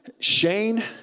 Shane